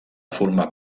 formar